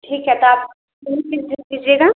ठीक है तो आप दोनों चीज़ बुक कीजिएगा